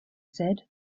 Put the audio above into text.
said